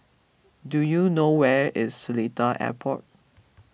do you know where is Seletar Airport